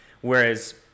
whereas